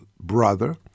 brother